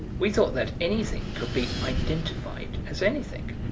we thought that anything could be identified as anything.